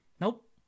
Nope